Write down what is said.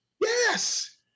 Yes